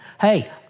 Hey